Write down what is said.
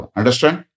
Understand